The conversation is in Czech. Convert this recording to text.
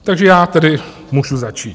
Takže já tedy můžu začít.